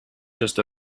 just